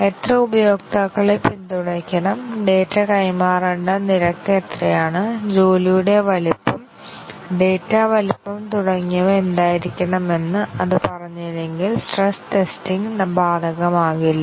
എത്ര ഉപയോക്താക്കളെ പിന്തുണയ്ക്കണം ഡാറ്റ കൈമാറേണ്ട നിരക്ക് എത്രയാണ് ജോലിയുടെ വലുപ്പം ഡാറ്റ വലുപ്പം തുടങ്ങിയവ എന്തായിരിക്കണമെന്ന് അത് പറഞ്ഞില്ലെങ്കിൽ സ്ട്രെസ് ടെസ്റ്റിംഗ് ബാധകമാകില്ല